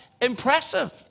impressive